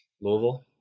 Louisville